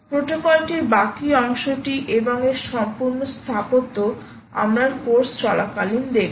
প্রোটোকলের বাকী অংশটি এবং এর সম্পূর্ণ স্থাপত্য আমরা কোর্স চলাকালীন দেখব